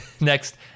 next